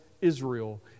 israel